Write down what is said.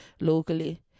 locally